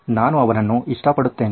ನಾನು ಅವನನ್ನು ಇಷ್ಟಪಡುತ್ತೇನೆ